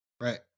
Right